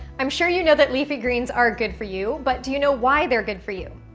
i'm sure you know that leafy greens are good for you, but do you know why they're good for you?